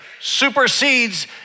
supersedes